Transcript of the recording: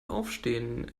aufstehen